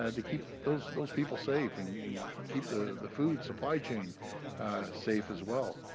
and to keep those those people safe and and keep the the food supply chain safe as well.